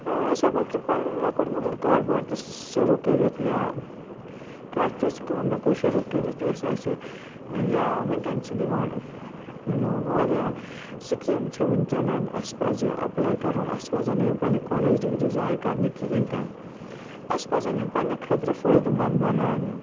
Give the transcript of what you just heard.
أسۍ ہیکو کہِ پنُن لۄکُٹ مۄکُٹ کاربار تہِ شروع کرِتھ یا کانٛہہ تِژھ کٲم ہیکو شروع کرِتھ یۄس اسہِ یا وٕنکٮ۪ن چھِ دِوان یمہٕ واریاہ سِکیمہٕ چھِ وٕنکٮ۪نن اسہِ پٔزِ ایپلی کرُن أسۍ پٔزن نہ یِم پنٕنہِ کالیج ڈِگری زایہٕ کرنہِ کِہیٚنہ تہِ اسہِ پٔزن یِم پنٕنہِ خٲطرٕ فٲیدٕ مند بناونہِ